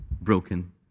broken